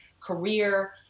career